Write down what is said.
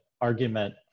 argument